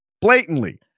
Blatantly